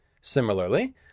Similarly